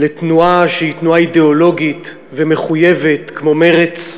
לתנועה שהיא תנועה אידיאולוגית ומחויבת כמו מרצ,